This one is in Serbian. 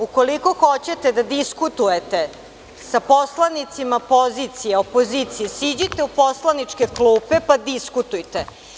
Ukoliko hoćete da diskutujete sa poslanicima pozicije, opozicije, siđite u poslaničke klupe pa diskutujte.